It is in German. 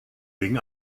wegen